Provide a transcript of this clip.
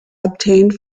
obtained